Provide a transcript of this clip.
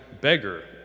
beggar